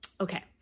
Okay